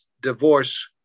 divorce